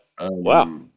Wow